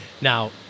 now